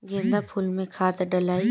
गेंदा फुल मे खाद डालाई?